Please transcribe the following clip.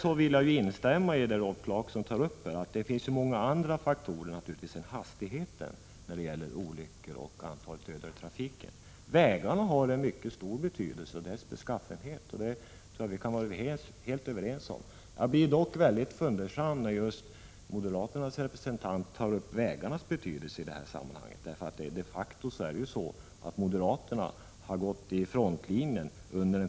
Jag vill vidare instämma i Clarksons understrykande av att det finns många andra faktorer än hastigheterna bakom bilolyckor och dödsfall i trafiken. Vägarnas beskaffenhet har stor betydelse. Jag vill dock i det sammanhanget peka på de krav som, av besparingsskäl, under en period framförts och som syftat till en minskning av anslagen till vägarna. I det sammanhanget har ju moderaterna stått i frontlinjen.